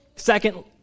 Second